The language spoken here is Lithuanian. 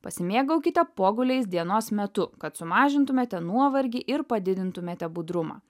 pasimėgaukite poguliais dienos metu kad sumažintumėte nuovargį ir padidintumėte budrumą